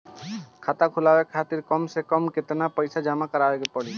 खाता खुलवाये खातिर कम से कम केतना पईसा जमा काराये के पड़ी?